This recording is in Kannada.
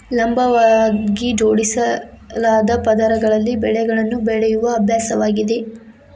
ಲಂಬವಾಗಿ ಜೋಡಿಸಲಾದ ಪದರಗಳಲ್ಲಿ ಬೆಳೆಗಳನ್ನು ಬೆಳೆಯುವ ಅಭ್ಯಾಸವಾಗಿದೆ